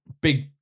big